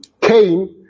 Cain